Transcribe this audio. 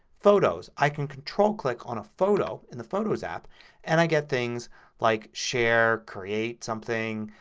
photos. i can control click on a photo in the photos app and i get things like share, create something,